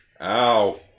ow